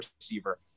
receiver